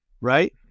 right